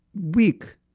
weak